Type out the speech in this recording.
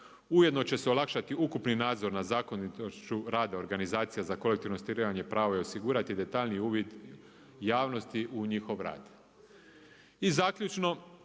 Ujedno će se olakšati ukupni nadzor nad zakonitošću rada organizacija za kolektivno ostvarivanje prava i osigurati detaljniji uvid javnosti u njihov rad.